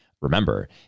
remember